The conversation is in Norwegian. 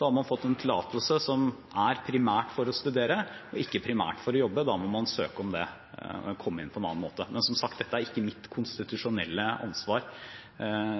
har man fått en tillatelse som er primært for å studere, og ikke primært for å jobbe. Da må man søke om det og komme inn på en annen måte. Men, som sagt, dette er ikke mitt konstitusjonelle ansvar,